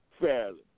fairly